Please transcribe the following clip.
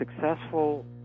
successful